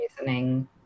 reasoning